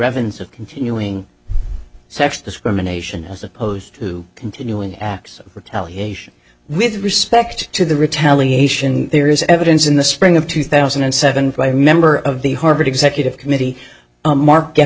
evidence of continuing sex discrimination as opposed to continuing acts of retaliation with respect to the retaliation there is evidence in the spring of two thousand and seven by a member of the harvard executive committee mark